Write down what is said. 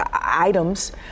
items